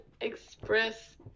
express